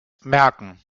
merken